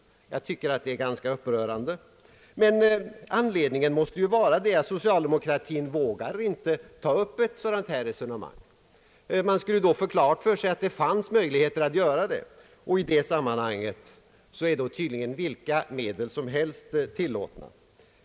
Jag tycker att det är rätt upprörande, men anledningen måste vara att socialdemokratin inte vågar ta upp ett sådant här resonemang. Man skulle då få klart för sig att det finns möjligheter att öka biståndet och för att klara sig ifrån ett sådant resonemang är tydligen vilka medel som helst tillåtna.